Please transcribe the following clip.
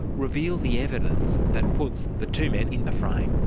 reveal the evidence that puts the two men in the frame.